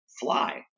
fly